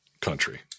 country